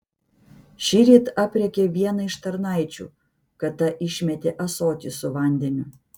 šįryt aprėkė vieną iš tarnaičių kad ta išmetė ąsotį su vandeniu